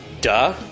Duh